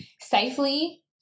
safely